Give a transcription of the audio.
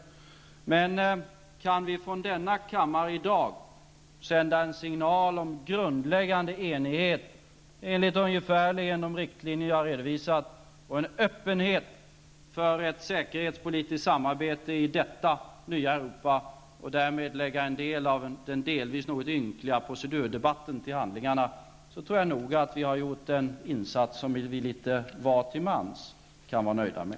Men kan vi från denna kammare i dag sända en signal om grundläggande enighet enligt ungefärligen de riktlinjer som jag redovisat och om en öppenhet för ett säkerhetspolitiskt samarbete i det nya Europa, för att därmed lägga den delvis något ynkliga procedurdebatten till handlingarna, så tror jag att vi gjort en insats som vi litet till mans kan vara nöjda med.